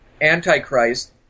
Antichrist